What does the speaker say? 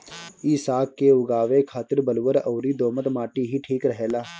इ साग के उगावे के खातिर बलुअर अउरी दोमट माटी ही ठीक रहेला